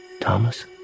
Thomas